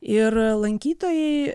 ir lankytojai